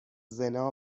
زنا